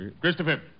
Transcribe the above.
Christopher